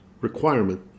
requirement